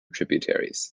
tributaries